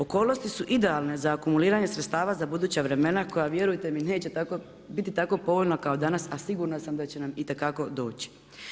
Okolnosti su idealne za akumuliranje sredstava za buduća vremena koja vjerujte mi neće biti tako povoljna kao danas, a sigurna sam da će nam itekako doći.